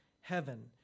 heaven